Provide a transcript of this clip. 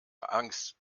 angst